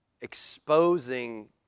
exposing